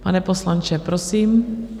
Pane poslanče, prosím.